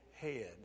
head